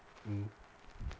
mmhmm